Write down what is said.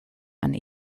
and